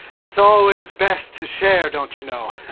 it's always best to share, don't you know?